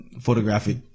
photographic